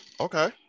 okay